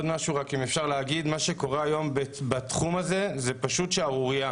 מה שקורה היום בתחום הזה, הוא פשוט שערורייה.